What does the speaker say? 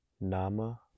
Nama